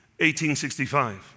1865